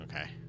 okay